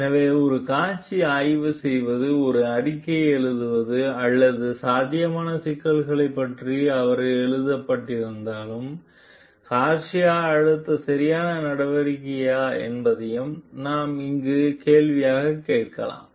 எனவே ஒரு காட்சி ஆய்வு செய்து ஒரு அறிக்கையை எழுதுவது அல்லது சாத்தியமான சிக்கல்களைப் பற்றி அவர் எழுதப்பட்டிருந்தாலும் கார்சியா எடுத்த சரியான நடவடிக்கையா என்பதையும் நாம் இங்கு கேள்வி கேட்கலாம்